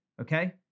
Okay